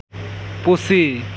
ᱯᱩᱥᱤ